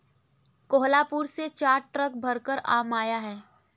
कोहलापुर से चार ट्रक भरकर आम आया है